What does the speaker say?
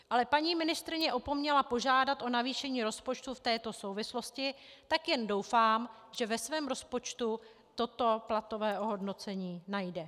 Ale paní ministryní opomněla požádat o navýšení rozpočtu v této souvislosti, tak jen doufám, že ve svém rozpočtu toto platové ohodnocení najde.